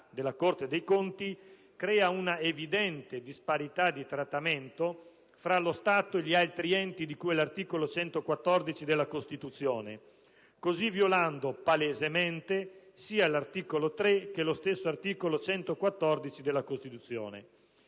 Corte dei conti, crea una evidente disparità di trattamento tra lo Stato e gli altri enti, di cui all'articolo 114 della Costituzione, così violando palesemente sia l'articolo 3 che lo stesso articolo 114 della Costituzione.